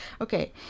Okay